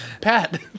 Pat